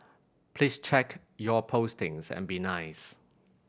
please check your postings and be nice